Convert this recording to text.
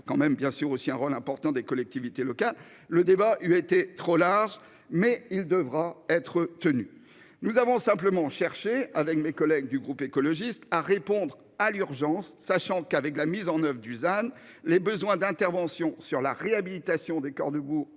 quand même bien sûr aussi un rôle important des collectivités locales. Le débat, il était trop large mais il devra être tenu. Nous avons simplement cherché avec mes collègues du groupe écologiste à répondre à l'urgence, sachant qu'avec la mise en oeuvre Dusan les besoins d'intervention sur la réhabilitation des corps goût